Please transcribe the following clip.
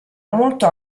molto